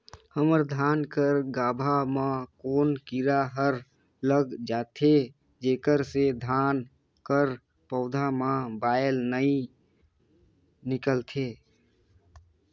हमर धान कर गाभा म कौन कीरा हर लग जाथे जेकर से धान कर पौधा म बाएल नइ निकलथे?